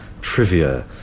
trivia